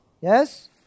Yes